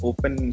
Open